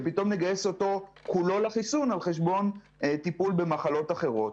ונגייס אותו כולו לחיסון על חשבון טיפול במחלות אחרות.